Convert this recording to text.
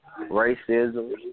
racism